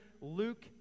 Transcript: Luke